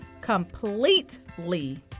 completely